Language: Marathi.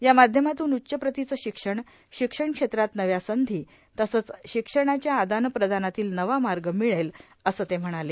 या माध्यमातून उच्च प्रतिचं शिक्षण शिक्षणक्षेत्रात नव्या संधी तसंच शिक्षणाचा आदान प्रदानातील नवा मार्ग मिळेल असं ते म्हणाले